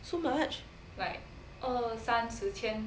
so much